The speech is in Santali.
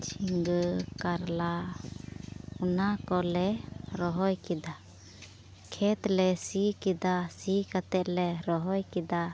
ᱡᱷᱤᱜᱟᱹ ᱠᱟᱨᱞᱟ ᱚᱱᱟ ᱠᱚᱞᱮ ᱨᱚᱦᱚᱭ ᱠᱮᱫᱟ ᱠᱷᱮᱛ ᱞᱮ ᱥᱤ ᱠᱮᱫᱟ ᱥᱤ ᱠᱟᱛᱮᱫ ᱞᱮ ᱨᱚᱦᱚᱭ ᱠᱮᱫᱟ